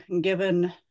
given